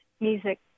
music